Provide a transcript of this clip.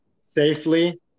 safely